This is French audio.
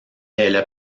elle